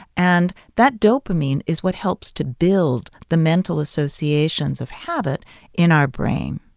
and that dopamine is what helps to build the mental associations of habit in our brain.